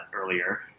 earlier